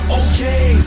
okay